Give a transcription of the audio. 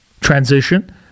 transition